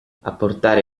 apportare